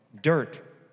dirt